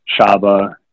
Shaba